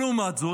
לעומת זאת,